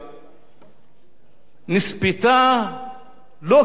נספתה לא כתוצאה של מתקפה אירנית,